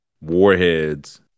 Warheads